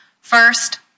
First